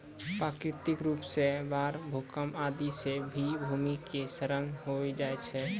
प्राकृतिक रूप सॅ बाढ़, भूकंप आदि सॅ भी भूमि के क्षरण होय जाय छै